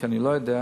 כי אני לא יודע,